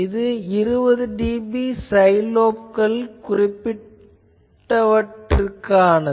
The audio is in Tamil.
இது 20dB சைட் லோப்கள் குறிப்பிட்டவற்றிற்கானது